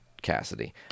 Cassidy